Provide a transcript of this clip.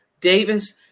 Davis